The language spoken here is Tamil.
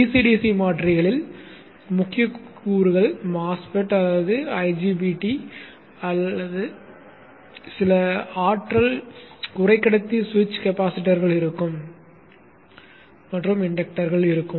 DC DC மாற்றிகளில் முக்கிய கூறுகள் MOSFET அல்லது IGBT அல்லது சில ஆற்றல் குறைக்கடத்தி சுவிட்ச் கெபாசிட்டர்கள் இருக்கும் மற்றும் இன்டக்டர்கள் இருக்கும்